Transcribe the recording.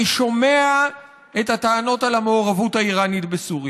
אני שומע את הטענות על המעורבות האיראנית בסוריה.